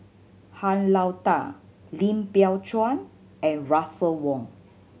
Han Lao Da Lim Biow Chuan and Russel Wong